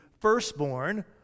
firstborn